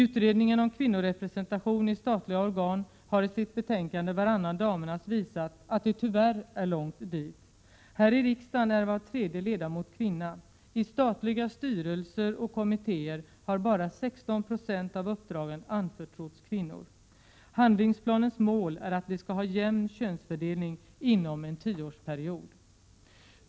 Utredningen om kvinnorepresentation i statliga organ har i sitt betänkande Varannan Damernas visat att det tyvärr är långt dit. Här i riksdagen är var tredje ledamot kvinna. I statliga styrelser och kommittéer har bara 16 96 av uppdragen anförtrotts kvinnor. Handlingsplanens mål är att vi skall ha jämn könsfördelning inom en tioårsperiod.